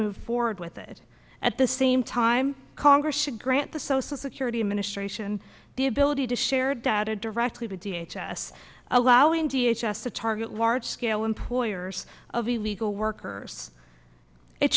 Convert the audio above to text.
move forward with it at the same time congress should grant the social security administration the ability to share data directly to d h s a law all in t h s to target large scale employers of illegal workers it